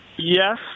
Yes